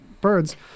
birds